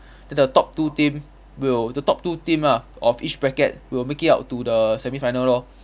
so the top two team will the top two team lah of each bracket will make it out to the semifinal lor